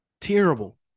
terrible